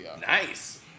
Nice